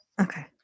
Okay